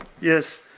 yes